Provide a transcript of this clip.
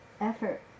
effort